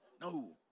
No